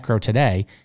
today